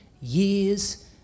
years